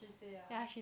she say ah